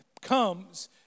comes